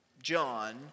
John